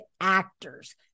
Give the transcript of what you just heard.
actors